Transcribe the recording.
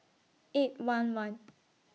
eight one one